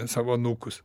savo anūkus